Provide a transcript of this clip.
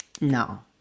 no